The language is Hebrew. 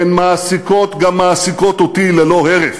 הן מעסיקות גם מעסיקות אותי ללא הרף,